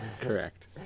Correct